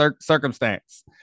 circumstance